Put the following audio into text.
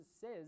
says